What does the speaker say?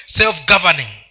self-governing